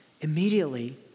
Immediately